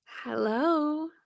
Hello